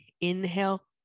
Inhale